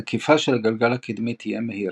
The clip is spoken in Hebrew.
הנקיפה של הגלגל הקדמי תהיה מהירה,